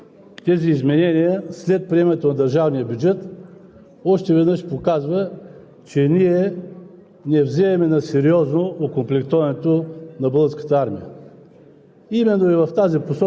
който се казва, че финансовото осигуряване на доброволния резерв е за сметка на бюджета на Министерството на отбраната. Самото приемане на тези изменения след приемането на държавния бюджет